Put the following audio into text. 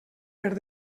per